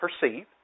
perceive